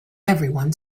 everyone